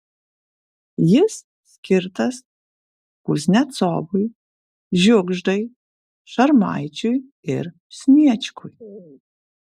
jis skirtas kuznecovui žiugždai šarmaičiui ir sniečkui